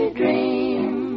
dream